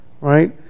Right